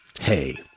Hey